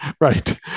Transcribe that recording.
right